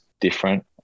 different